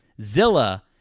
Zilla